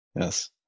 Yes